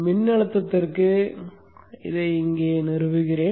மின்னழுத்தத்திற்கு இதை இங்கே நிறுவுகிறேன்